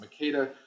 Makeda